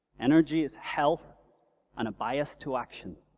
energy is health and a bias to action.